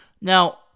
Now